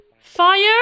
Fire